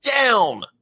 down